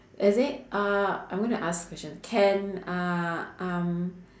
uh I want to ask you a question can uh um